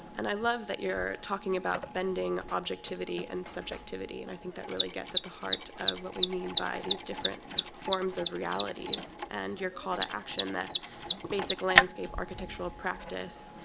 and i love that you're talking about bending objectivity and subjectivity, and i think that really gets at the heart of what we mean by these different forms of realities. and your call to action that basic landscape architectural practice,